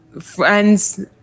friends